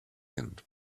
and